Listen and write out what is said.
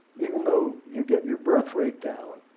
even though you get your birthrate down,